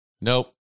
Nope